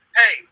hey